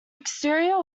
exterior